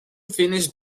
finished